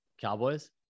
Cowboys